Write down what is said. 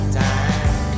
time